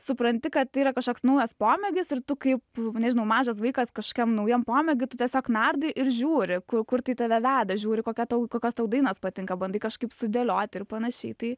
supranti kad tai yra kažkoks naujas pomėgis ir tu kaip nežinau mažas vaikas kažkokiam naujam pomėgiui tu tiesiog nardai ir žiūri kur kur tai tave veda žiūri kokia tavo kokios tau dainos patinka bandai kažkaip sudėlioti ir panašiai tai